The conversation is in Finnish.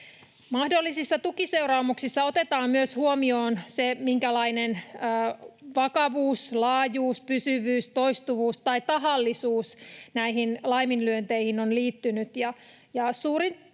Mahdollisissa tukiseuraamuksissa otetaan myös huomioon se, minkälainen vakavuus, laajuus, pysyvyys, toistuvuus tai tahallisuus näihin laiminlyönteihin on liittynyt.